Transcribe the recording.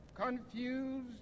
confused